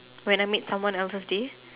when I make someone out of this